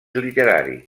literari